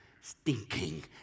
stinking